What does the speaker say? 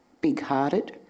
big-hearted